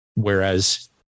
Whereas